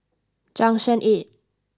junction eight